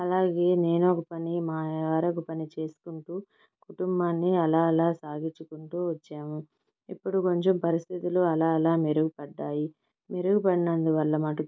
అలాగే నేనొక పని మా వారొక పని చేసుకుంటూ కుటుంబాన్ని అలా అలా సాగిచ్చుకుంటూ వచ్చాము ఇప్పుడు కొంచెం పరిస్థితులు అలా అలా మెరుగుపడ్డాయి మెరుగుపడినందువల్ల మటుకు